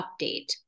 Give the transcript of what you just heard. update